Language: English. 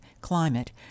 climate